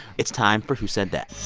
it's time for who said that